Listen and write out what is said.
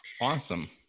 awesome